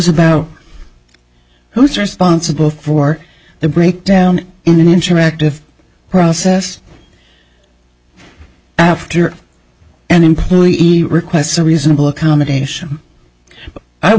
about who's responsible for the breakdown in an interactive process after an employee requests a reasonable accommodation